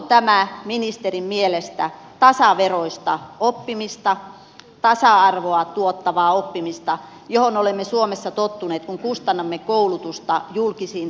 onko tämä ministerin mielestä tasaveroista oppimista tasa arvoa tuottavaa oppimista johon olemme suomessa tottuneet kun kustannamme koulutusta julkisin verovaroin